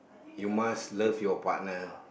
you must love your partner